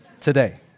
today